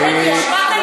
היא באמת, היא ישבה כאן.